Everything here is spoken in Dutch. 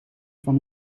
van